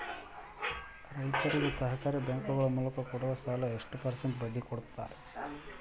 ರೈತರಿಗೆ ಸಹಕಾರಿ ಬ್ಯಾಂಕುಗಳ ಮೂಲಕ ಕೊಡುವ ಸಾಲ ಎಷ್ಟು ಪರ್ಸೆಂಟ್ ಬಡ್ಡಿ ಕೊಡುತ್ತಾರೆ?